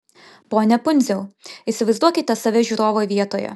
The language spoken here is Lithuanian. pone pundziau įsivaizduokite save žiūrovo vietoje